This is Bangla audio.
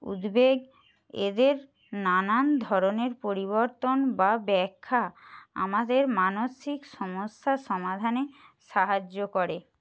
উদ্বেগ এদের নানান ধরনের পরিবর্তন বা ব্যাখ্যা আমাদের মানসিক সমস্যার সমাধানে সাহায্য করে